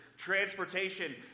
Transportation